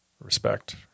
respect